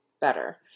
better